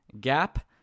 Gap